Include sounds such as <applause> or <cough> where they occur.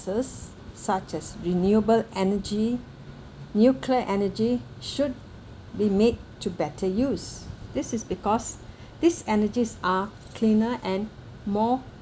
such as renewable energy nuclear energy should be made to better use this is because <breath> these energies are cleaner and more